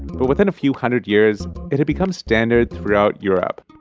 but within a few hundred years it had become standard throughout europe.